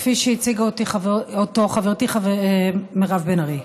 כפי שהציגה אותו חברתי מירב בן ארי,